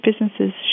businesses